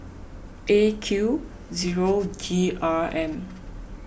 A Q zero G R M